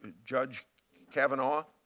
judge kavanaugh,